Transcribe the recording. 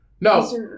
No